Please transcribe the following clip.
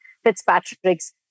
Fitzpatrick's